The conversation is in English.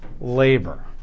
labor